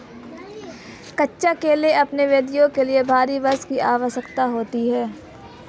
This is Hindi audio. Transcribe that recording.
कच्चे केले को अपनी वृद्धि के लिए भारी वर्षा की आवश्यकता होती है